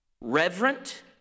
reverent